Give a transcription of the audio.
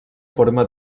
forma